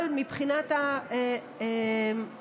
אבל מבחינת הקדימות,